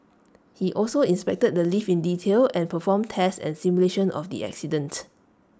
he also inspected the lift in detail and performed tests and simulation of the accident